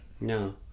No